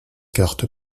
cartes